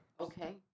Okay